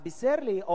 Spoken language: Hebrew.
אז בישר לי,